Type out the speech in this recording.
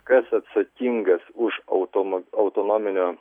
kas atsakingas už automob autonominio